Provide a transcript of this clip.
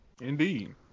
Indeed